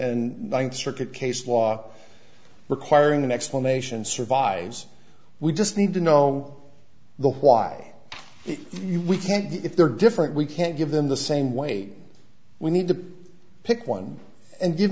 and ninth circuit case law requiring an explanation survives we just need to know the why we can't if there are different we can't give them the same way we need to pick one and give